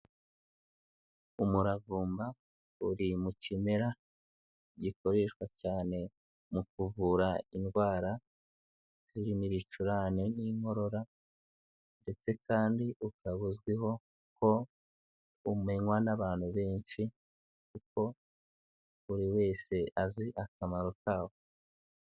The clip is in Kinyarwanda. Umuravumba uri mu kimera, gikoreshwa cyane mu kuvura indwara, zirimo ibicurane n'inkorora ndetse kandi ukaba uzwiho ko umenywa n'abantu benshi kuko buri wese azi akamaro kawo.